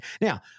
Now